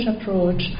approach